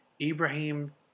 Ibrahim